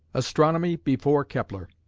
astronomy before kepler.